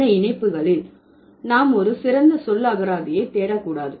இந்த இணைப்புகளில் நாம் ஒரு சிறந்த சொல்லகராதியை தேடக்கூடாது